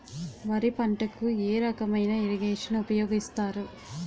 వరి పంటకు ఏ రకమైన ఇరగేషన్ ఉపయోగిస్తారు?